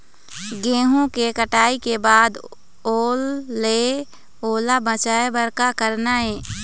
गेहूं के कटाई के बाद ओल ले ओला बचाए बर का करना ये?